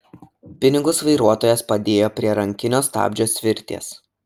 pinigus vairuotojas padėjo prie rankinio stabdžio svirties